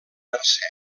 mercè